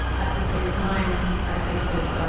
at the same time, i think that